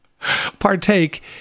partake